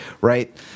right